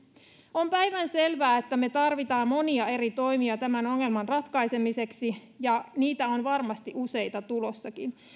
on päivänselvää että me tarvitsemme monia eri toimia tämän ongelman ratkaisemiseksi niitä on varmasti useita tulossakin